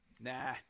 Nah